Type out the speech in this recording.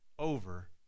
over